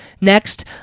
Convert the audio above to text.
Next